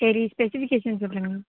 சரி ஸ்பெசிஃபிகேஷன்ஸ் சொல்லுங்கள்